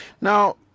Now